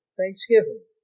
thanksgiving